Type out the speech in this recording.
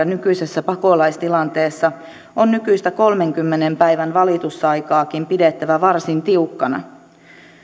nykyisessä pakolaistilanteessa on nykyistä kolmenkymmenen päivän valitusaikaakin pidettävä varsin tiukkana